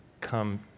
come